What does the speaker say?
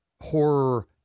horror